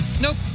Nope